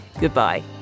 Goodbye